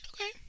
okay